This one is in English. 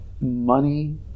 money